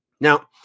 Now